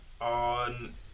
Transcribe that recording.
on